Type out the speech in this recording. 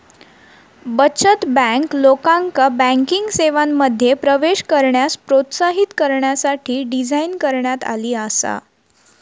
बचत बँक, लोकांका बँकिंग सेवांमध्ये प्रवेश करण्यास प्रोत्साहित करण्यासाठी डिझाइन करण्यात आली आसा